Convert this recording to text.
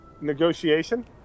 Negotiation